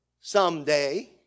someday